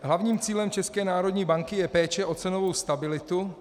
Hlavním cílem České národní banky je péče o cenovou stabilitu.